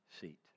seat